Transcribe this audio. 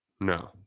No